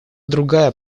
другая